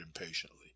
impatiently